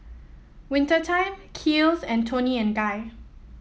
Winter Time Kiehl's and Toni and Guy